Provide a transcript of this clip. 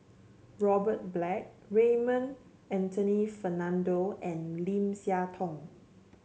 Robert Black Raymond Anthony Fernando and Lim Siah Tong